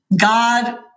God